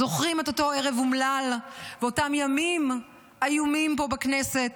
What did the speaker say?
זוכרים את אותו ערב אומלל ואת אותם ימים איומים פה בכנסת,